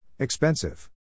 Expensive